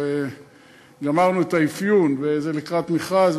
גמרנו את האפיון וזה לקראת מכרז.